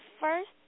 first